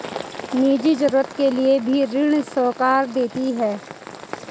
निजी जरूरत के लिए भी ऋण साहूकार देते हैं